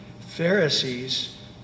Pharisees